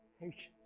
patience